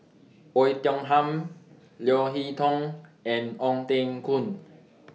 Oei Tiong Ham Leo Hee Tong and Ong Teng Koon